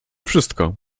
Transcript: wszystko